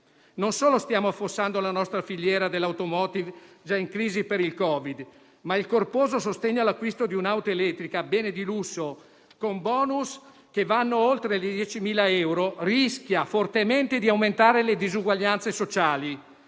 Non solo stiamo affossando la nostra filiera dell'*automotive*, già in crisi per il Covid-19, ma il corposo sostegno all'acquisto di un'auto elettrica, bene di lusso, con *bonus* che vanno oltre i 10.000 euro, rischia fortemente di aumentare le disuguaglianze sociali.